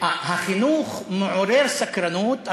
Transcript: החינוך מעורר סקרנות,